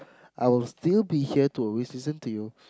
I will still be here to always listen to you